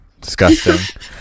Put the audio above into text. Disgusting